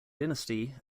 dynasty